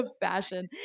fashion